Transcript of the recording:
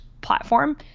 platform